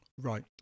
Right